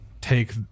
take